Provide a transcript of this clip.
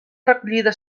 recollida